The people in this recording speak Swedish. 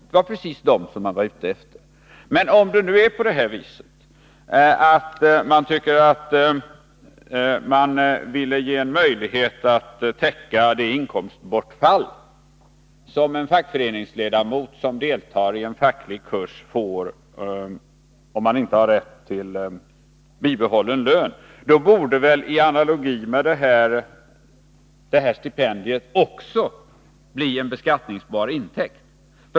Det var precis dem som man avsåg. Om man ville ge en möjlighet att täcka det inkomstbortfall som en fackföreningsmedlem som deltar i en facklig kurs får om han inte har rätt till bibehållen lön, borde väl, i analogi med detta, stipendiet också bli en beskattningsbar intäkt.